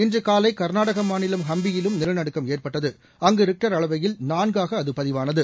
இன்று காலை கா்நாடக மாநிலம் ஹம்பியிலும் நிலநடுக்கம் ஏற்பட்டது அங்க ரிக்டர் அளவையில் நான்காக பதிவானது